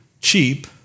cheap